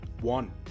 one